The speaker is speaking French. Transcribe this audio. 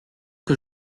que